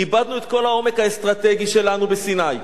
איבדנו את כל העומק האסטרטגי שלנו בסיני,